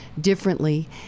differently